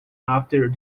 after